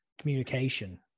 Communication